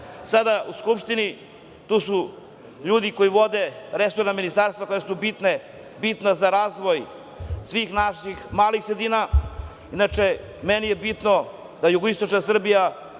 sada u Skupštini su ljudi koji vode resorna ministarstva koja su bitna za razvoj svih naših malih sredina. Meni je bitno da jugoistočna Srbija,